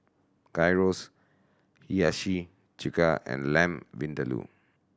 Gyros Hiyashi Chuka and Lamb Vindaloo